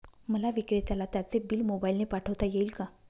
मला विक्रेत्याला त्याचे बिल मोबाईलने पाठवता येईल का?